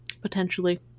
potentially